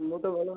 ମୁଁ ତ ଭଲ